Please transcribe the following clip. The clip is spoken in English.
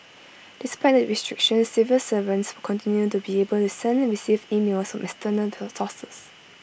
despite the restrictions civil servants will continue to be able to send and receive emails from external sources